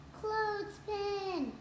clothespin